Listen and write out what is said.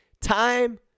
Time